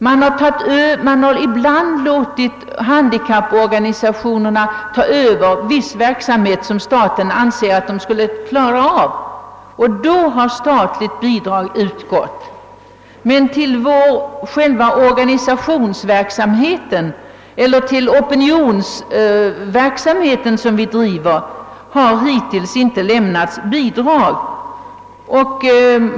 Man har ibland låtit handikapporganisationerna överta viss verksamhet, som staten anser att de skulle klara av, och då har statligt bidrag utgått, men till själva den organisationsverksamhet eller till opinionsverksamhet som vi driver har hittills inte lämnats bidrag.